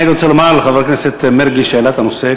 אני רוצה לומר לחבר הכנסת מרגי שהעלה את הנושא,